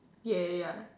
ya ya ya